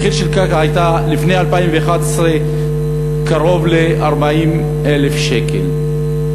המחיר של הקרקע היה לפני 2011 קרוב ל-40,000 שקל,